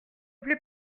plait